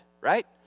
right